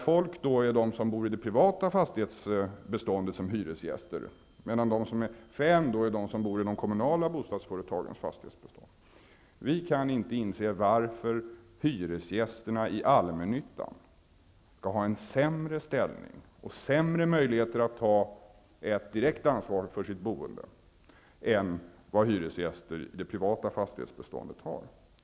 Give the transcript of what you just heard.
Folk är då de som bor i det privata fastighetsbeståndet som hyresgäster, medan de som är fän är de som bor i de kommunala bostadsföretagens fastighetsbestånd. Vi kan inte inse varför hyresgästerna i allmännyttan skall ha en sämre ställning och sämre möjligheter att ta ett direkt ansvar för sitt boende än vad hyresgäster i det privata fastighetsbeståndet har.